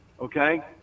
Okay